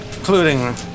Including